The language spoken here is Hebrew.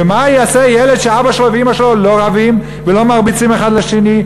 ומה יעשה ילד שאבא שלו ואימא שלו לא רבים ולא מרביצים אחד לשני,